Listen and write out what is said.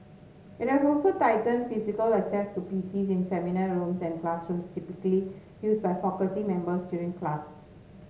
it has also tightened physical access to P C S in seminar rooms and classrooms typically used by faculty members during class